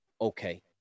Okay